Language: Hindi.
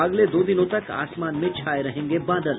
अगले दो दिनों तक आसमान में छाये रहेंगे बादल